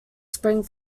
spring